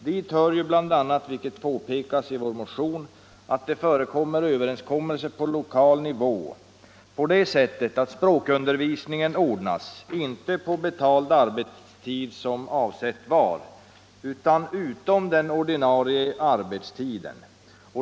Dit Nr 80 hör bl.a., vilket påpekas i vår motion, förekomsten av sådana överens Onsdagen den kommelser på lokal nivå att språkundervisning ordnas, inte på betald 14 maj 1975 arbetstid som avsett var, utan vid sidan av den ordinarie arbetstiden.